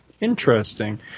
Interesting